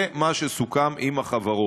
זה מה שסוכם עם החברות.